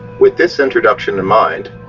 with this introduction in mind,